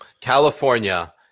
california